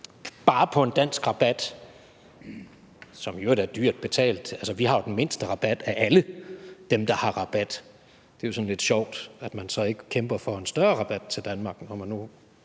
Den danske rabat er i øvrigt dyrt betalt. Altså, vi har jo den mindste rabat af alle dem, der har rabat, så det er jo sådan lidt sjovt, at man ikke kæmper for en større rabat til Danmark, når man nu